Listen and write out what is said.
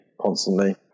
constantly